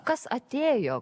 kas atėjo